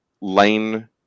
lane